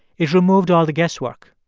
it removed all the guesswork.